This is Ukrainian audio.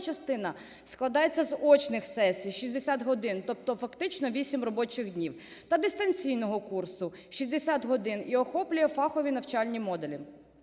частина складається з очних сесій – 60 годин, тобто фактично 8 робочих днів, та дистанційного курсу – 60 годин, і охоплює фахові навчальні модулі.